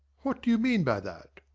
what do you mean by that?